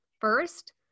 first